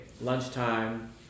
lunchtime